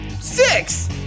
Six